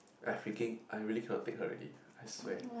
I freaking I really cannot take already I swear